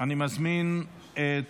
אני מזמין את